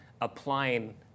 applying